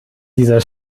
dieser